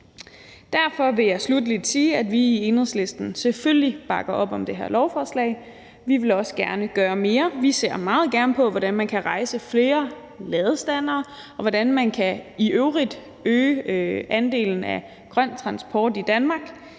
Derfor vil jeg sluttelig sige, at vi i Enhedslisten selvfølgelig bakker op om det her lovforslag. Vi vil også gerne gøre mere. Vi ser meget gerne på, hvordan man kan rejse flere ladestandere, og hvordan man i øvrigt kan øge andelen af grøn transport i Danmark.